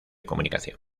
comunicación